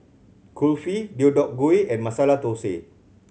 Kulfi Deodeok Gui and Masala Dosa